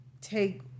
take